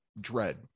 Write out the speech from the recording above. dread